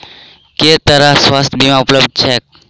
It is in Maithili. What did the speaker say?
केँ तरहक स्वास्थ्य बीमा उपलब्ध छैक?